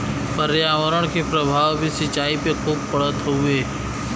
पर्यावरण के प्रभाव भी सिंचाई पे खूब पड़त हउवे